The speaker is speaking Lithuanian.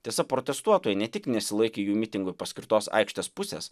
tiesa protestuotojai ne tik nesilaikė jų mitingui paskirtos aikštės pusės